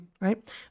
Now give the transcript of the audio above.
right